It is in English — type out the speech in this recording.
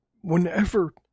whenever